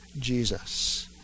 Jesus